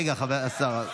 רגע, השר.